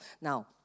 Now